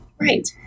Right